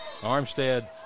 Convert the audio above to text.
Armstead